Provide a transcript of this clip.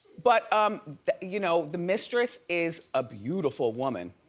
but um the you know the mistress is a beautiful woman.